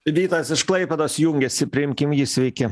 vytas iš klaipėdos jungiasi priimkim jį sveiki